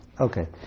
okay